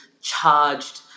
charged